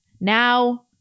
Now